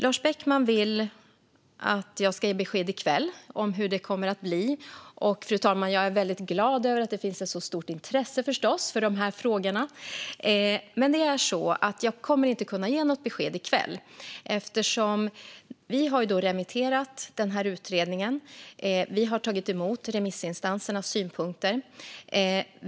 Lars Beckman vill att jag ska ge besked i kväll om hur det kommer att bli. Jag är förstås väldigt glad, fru talman, över att det finns ett så stort intresse för de här frågorna. Men jag kommer inte att kunna ge något besked i kväll. Vi har remitterat utredningen och tagit emot remissinstansernas synpunkter.